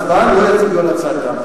לא יצביעו על הצעתם".